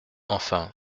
enfin